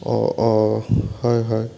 অঁ অঁ হয় হয়